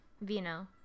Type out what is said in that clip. Vino